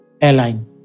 airline